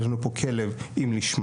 יש לנו פה כלב עם לישמניה.